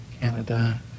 Canada